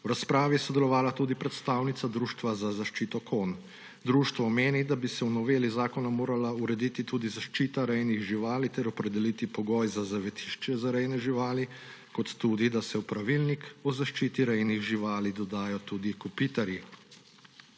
V razpravi je sodelovala tudi predstavnica Društva za zaščito konj. Društvo meni, da bi se v noveli zakona morala urediti tudi zaščita rejnih živali ter moral opredeliti pogoj za zavetišče za rejne živali ter da bi se morali v Pravilnik o zaščiti rejnih živali dodati tudi kopitarji.